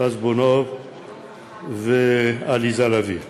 רזבוזוב ועליזה לביא.